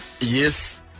Yes